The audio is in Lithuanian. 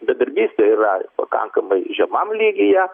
bedarbystė yra pakankamai žemam lygyje